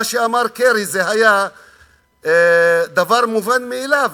מה שאמר קרי זה היה דבר מובן מאליו,